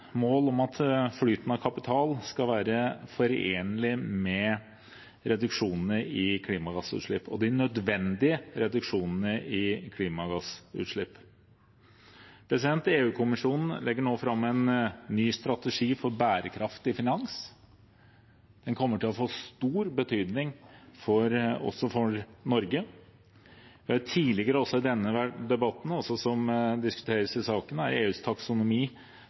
mål om at flyten av kapital skal være forenlig med reduksjonene i klimagassutslipp – og de nødvendige reduksjonene i klimagassutslipp. EU-kommisjonen legger nå fram en ny strategi for bærekraftig finans, og den kommer til å få stor betydning også for Norge. Som tidligere sagt i denne debatten, og som også diskuteres i saken, er EUs taksonomi